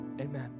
Amen